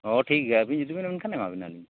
ᱦᱮᱸ ᱴᱷᱤᱠᱜᱮᱭᱟ ᱟᱵᱤᱱ ᱡᱩᱫᱤᱵᱤᱱ ᱢᱮᱱᱠᱷᱟᱱ ᱮᱢᱟᱵᱤᱱᱟᱞᱤᱧ